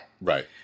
Right